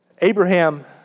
Abraham